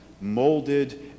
molded